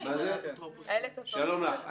שלום לך.